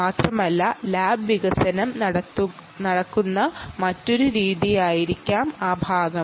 മാത്രമല്ല ലാബ് വികസനം നടക്കുന്ന മറ്റൊരു രീതിയായിരിക്കാം ആ ഭാഗം